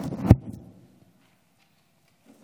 שלוש דקות, אדוני.